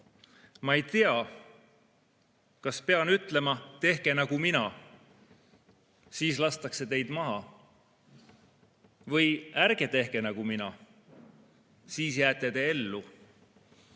Ma ei tea, kas pean ütlema, tehke nagu mina, siis lastakse teid maha, või ärge tehke nagu mina, siis jääte ellu.